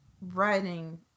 writing